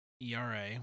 ERA